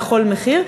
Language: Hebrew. בכל מחיר.